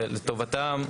זה לטובתם.